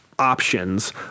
options